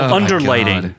underlighting